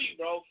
bro